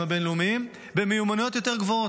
הבין-לאומיים במיומנויות יותר גבוהות.